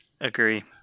Agree